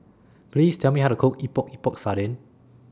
Please Tell Me How to Cook Epok Epok Sardin